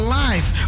life